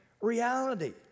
reality